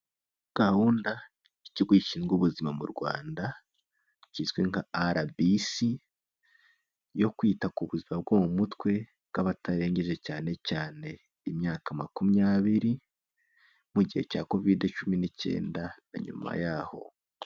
Gahunda y'ikigo gishinzwe ubuzima mu Rwanda kizwi nka arabisi yo kwita ku buzima bwo mu mutwe bw'abatarengeje cyane cyane imyaka makumyabiri, mu gihe cya kovide cumi n'icyenda na nyuma y'aho.